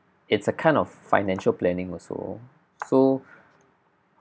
it's a kind of financial planning also so